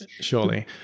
Surely